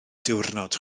diwrnod